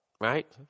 right